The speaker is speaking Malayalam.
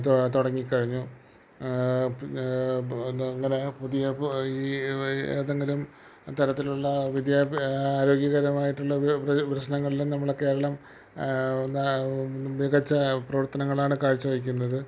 തുടങ്ങിക്കഴിഞ്ഞു പിന്നെ ഇപ്പോൾ എന്താ ഇങ്ങനെ പുതിയ ഇപ്പോൾ ഈ ഏതെങ്കിലും തരത്തിലുള്ള വിദ്യാഭ്യാസ ആരോഗ്യകരമായിട്ടുള്ള ഒരു ഒരു പ്രശ്നങ്ങളിലും നമ്മളെ കേരളം എന്താ മികച്ച പ്രവർത്തനങ്ങളാണ് കാഴ്ച്ച വയ്ക്കുന്നത്